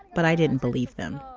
but i didn't believe them.